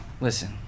Listen